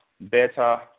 better